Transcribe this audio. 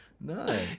No